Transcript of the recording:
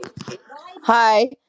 Hi